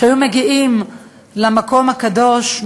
שהיו מגיעים למקום הקדוש,